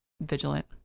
vigilant